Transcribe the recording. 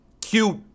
cute